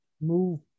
move